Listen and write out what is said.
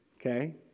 okay